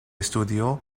estudió